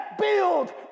build